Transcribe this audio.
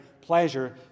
pleasure